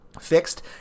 fixed